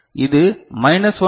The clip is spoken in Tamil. இது மைனஸ் 1 எல்